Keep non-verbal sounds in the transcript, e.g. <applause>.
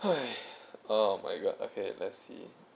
<noise> oh my god okay let's see